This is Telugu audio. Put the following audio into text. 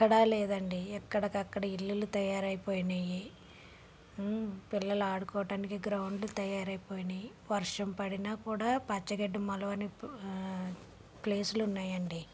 ఎక్కడా లేదండి ఎక్కడకక్కడ ఇల్లులు తయారయిపోయినియ్యి పిల్లలాడుకోవటానికి గ్రౌండ్లు తయారయిపోయినియి వర్షం పడినా కూడా పచ్చగడ్డి మొలవని ప ప్లేసులున్నాయండి